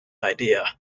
idea